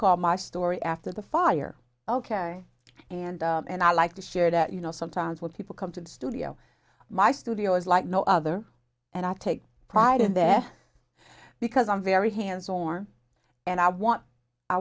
called my story after the fire ok and and i like to share that you know sometimes when people come to the studio my studio is like no other and i take pride in their because i'm very hands on more and i want i